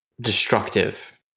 destructive